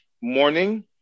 morning